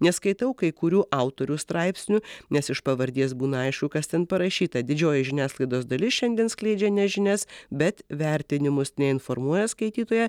neskaitau kai kurių autorių straipsnių nes iš pavardės būna aišku kas ten parašyta didžioji žiniasklaidos dalis šiandien skleidžia ne žinias bet vertinimus ne informuoja skaitytoją